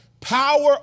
Power